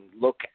look